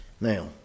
Now